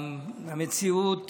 המציאות